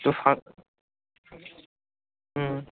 তো সাত হুম